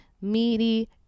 Meaty